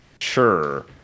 sure